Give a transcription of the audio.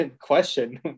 question